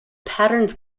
patterns